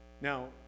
now